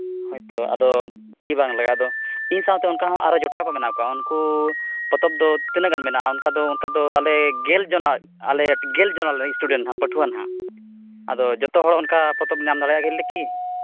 ᱦᱳᱭᱛᱳ ᱟᱫᱚ ᱯᱷᱤ ᱵᱟᱝ ᱞᱟᱜᱟᱜᱼᱟ ᱟᱫᱚ ᱤᱧ ᱥᱟᱶᱛᱮ ᱟᱨᱦᱚᱸ ᱡᱚᱴᱟᱣ ᱠᱚ ᱢᱮᱱᱟᱜ ᱠᱚᱣᱟ ᱩᱱᱠᱩ ᱯᱚᱛᱚᱵ ᱫᱚ ᱛᱤᱱᱟᱹᱜ ᱜᱟᱱ ᱢᱮᱱᱟᱜᱼᱟ ᱚᱱᱠᱟ ᱫᱚ ᱟᱞᱮ ᱜᱮᱞ ᱡᱚᱱᱚᱜ ᱟᱞᱮ ᱜᱮᱞ ᱡᱚᱱ ᱱᱟᱞᱮ ᱥᱴᱩᱰᱮᱱᱴ ᱯᱟᱹᱴᱷᱣᱟᱹ ᱦᱟᱸᱜ ᱟᱫᱚ ᱡᱚᱛᱚ ᱦᱚᱲ ᱚᱱᱠᱟ ᱯᱚᱛᱚᱵ ᱧᱟᱢ ᱫᱟᱲᱮᱭᱟᱜᱼᱟ ᱞᱮ ᱠᱤ